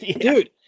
dude